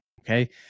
Okay